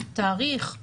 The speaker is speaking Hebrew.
תאריך,